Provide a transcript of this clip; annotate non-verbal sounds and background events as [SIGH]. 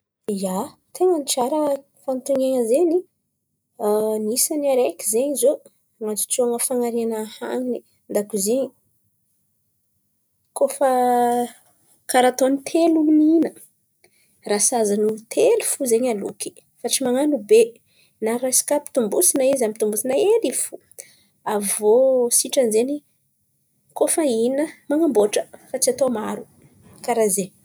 ia, ten̈a tsara fanontaniana zen̈y, [HESITATION] anisan'n̈y araiky zen̈y ziô an̈ajotsoana fanariahana han̈in̈y an-dakoziny. Kôa fa karà ataon̈y telo olo mihinà raha sahaza olo telo fo zen̈y aloky fa tsy man̈ano be na izka ampitombosina izy ampitombosina hely fa tsy be. Avô kô fa hihina manamboatra fa tsy atao maro, karà zen̈y.